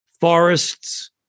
forests